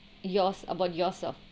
yours about yourself